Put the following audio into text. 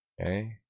Okay